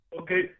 Okay